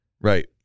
Right